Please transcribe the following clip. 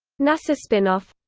nasa spinoff